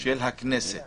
של הכנסת